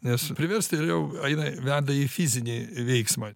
nes priversti vėliau jinai veda į fizinį veiksmą